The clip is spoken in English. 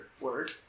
word